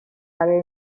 برای